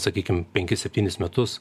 sakykim penkis septynis metus